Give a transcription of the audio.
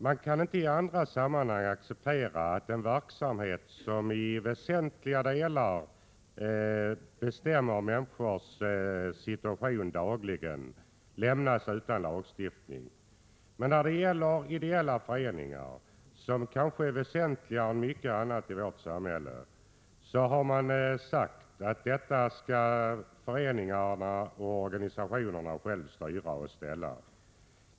Man kan inte i andra sammanhang acceptera att en verksamhet som i väsentliga delar dagligen berör människors situation lämnas utan lagstiftning. Men när det gäller ideella föreningar, som kanske är väsentligare än mycket annat i vårt samhälle, har man sagt att föreningarna och organisationerna själva skall styra och ställa.